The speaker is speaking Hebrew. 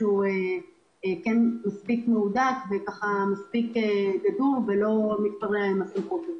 שהוא מספיק מהודק וגדור והוא לא מתפרע עם הסמכות הזאת.